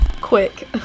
Quick